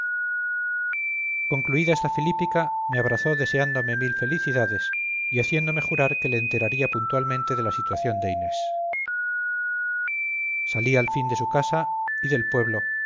concluida esta filípica me abrazó deseándome mil felicidades y haciéndome jurar que le enteraría puntualmente de la situación de inés salí al fin de su casa y del pueblo